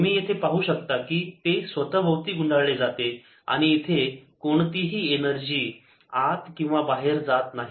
तुम्ही येथे पाहू शकता की ते स्वतःभोवती गुंडाळले जाते आणि इथे कोणतीही एनर्जी आत किंवा बाहेर जात नाही